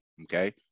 Okay